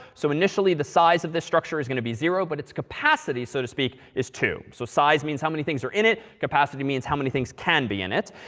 so initially, the size of this structure is going to be zero. but it's capacity, so to speak, is two. so size means how many things are in it. capacity means how many things can be in it.